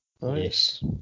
Yes